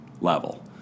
Level